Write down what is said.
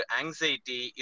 anxiety